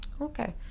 Okay